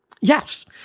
Yes